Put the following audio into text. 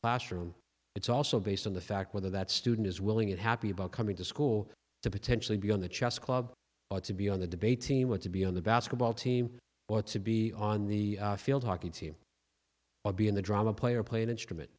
classroom it's also based on the fact whether that student is willing and happy about coming to school to potentially be on the chess club or to be on the debate team want to be on the basketball team or to be on the field hockey team or be in the drama play or play an instrument